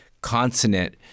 consonant